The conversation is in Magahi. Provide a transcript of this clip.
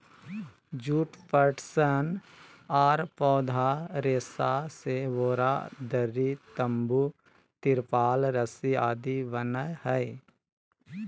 जुट, पटसन आर पौधा रेशा से बोरा, दरी, तंबू, तिरपाल रस्सी आदि बनय हई